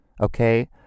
okay